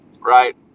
Right